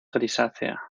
grisácea